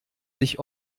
sich